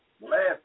last